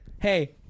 hey